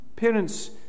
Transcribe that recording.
parents